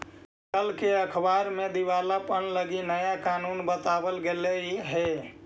कल के अखबार में दिवालापन लागी नया कानून बताबल गेलई हे